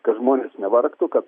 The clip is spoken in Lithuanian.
kad žmonės nevargtų kad